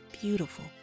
beautiful